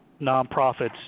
nonprofits